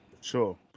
Sure